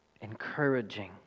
encouraging